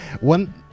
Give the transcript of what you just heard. One